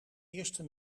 eerste